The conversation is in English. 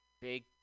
big